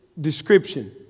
description